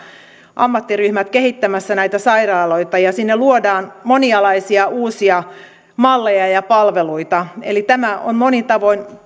ammattiryhmät kehittämässä näitä sairaaloita ja sinne luodaan monialaisia uusia malleja ja ja palveluita eli tämä on monin tavoin